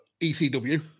ECW